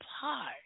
pie